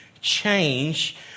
change